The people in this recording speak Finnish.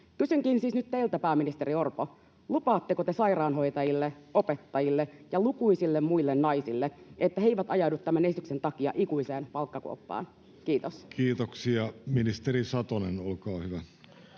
Kysynkin siis nyt teiltä, pääministeri Orpo: lupaatteko te sairaanhoitajille, opettajille ja lukuisille muille naisille, että he eivät ajaudu tämän esityksen takia ikuiseen palkkakuoppaan? — Kiitos. [Speech 76] Speaker: